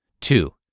Two